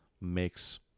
makes